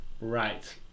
right